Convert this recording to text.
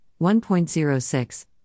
1.06